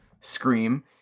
Scream